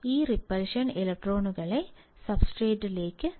ഈ റിപ്പൽഷൻ ഇലക്ട്രോണുകളെ സബ്സ്ട്രേറ്റലേക്ക് തള്ളിവിടുന്നതിനെ ബാധിക്കും